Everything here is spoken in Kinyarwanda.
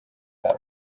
kawe